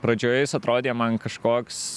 pradžioje jis atrodė man kažkoks